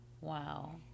Wow